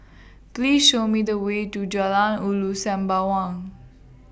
Please Show Me The Way to Jalan Ulu Sembawang